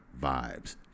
vibes